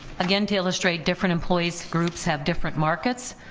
again, to illustrate different employees groups have different markets,